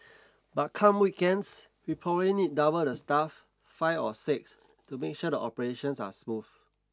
but come weekends we probably need double the staff five or six to make sure the operations are smooth